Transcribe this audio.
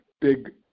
big